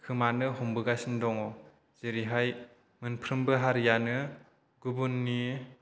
खोमानो हमबोगासिनो दङ जेरैहाय मोनफ्रोमबो हारियानो गुबुननि